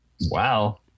Wow